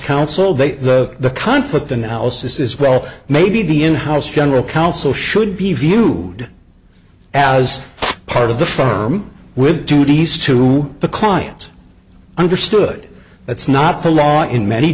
counsel the conflict analysis is well maybe the in house general counsel should be viewed as part of the firm with duties to the client understood that's not the law in many